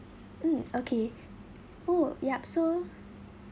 mm okay oh yup so